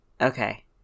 Okay